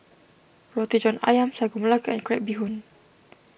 Roti John Ayam Sagu Melaka and Crab Bee Hoon